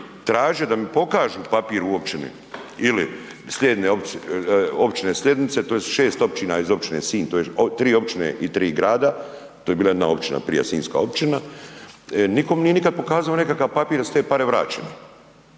traćio da mi pokažu papir u općini ili općine slijednice, tj. 6 općina iz općina Sinj, 3 općine i 3 grada, to je bila jedna općina prije, sinjska općina, niko mi nije nikad pokazao nekakav papir da su te pare vraćene.